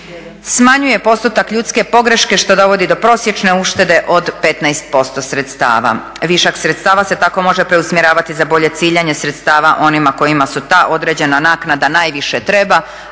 smanjuje postotak ljudske pogreške što dovodi do prosječne uštede od 15% sredstava. Višak sredstava se tako može preusmjeravati za bolje ciljanje sredstava onima kojima su ta određena naknada najviše treba,